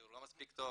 גיור לא מספיק טוב,